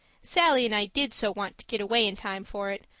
sallie and i did so want to get away in time for it,